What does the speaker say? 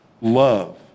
love